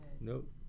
nope